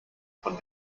von